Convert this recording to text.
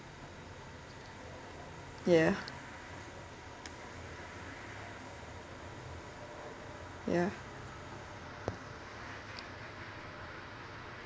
ya ya